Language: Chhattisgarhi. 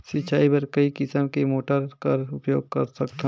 सिंचाई बर कई किसम के मोटर कर उपयोग करथन?